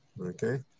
Okay